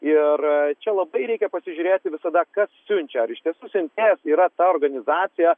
ir čia labai reikia pasižiūrėti visada kas siunčia ar iš tiesų siuntėjas yra ta organizacija